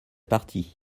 parti